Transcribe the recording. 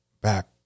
back